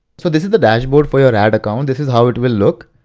so this is the dashboard for your ad account. this is how it will look.